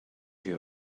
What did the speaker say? you